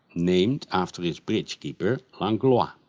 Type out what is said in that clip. named after its bridge keeper langlois.